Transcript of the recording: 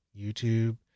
YouTube